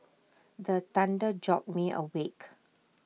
the thunder jolt me awake